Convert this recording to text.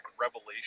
revelation